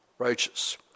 Righteous